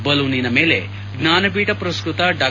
ಬಲೂನ್ನ ಮೇಲೆ ಜ್ವಾನಪೀಠ ಪುರಸ್ತತ ಡಾ